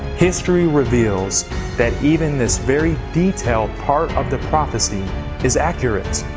history reveals that even this very detailed part of the prophecy is accurate.